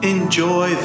Enjoy